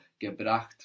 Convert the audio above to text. Gebracht